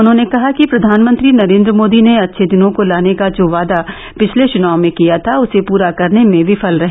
उन्होंने कहा कि प्रधानमंत्री नरेन्द्र मोदी ने अच्छे दिनों को लाने का जो बादा पिछले चुनाव में किया था उसे पूरा करने में विफल रहे